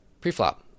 Preflop